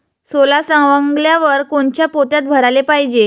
सोला सवंगल्यावर कोनच्या पोत्यात भराले पायजे?